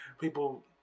People